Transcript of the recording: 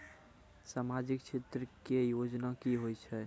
समाजिक क्षेत्र के योजना की होय छै?